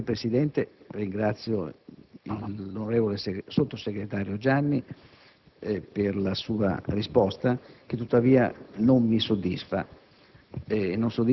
POSSA *(FI)*. Ringrazio l'onorevole sottosegretario Gianni per la sua risposta, che tuttavia non mi soddisfa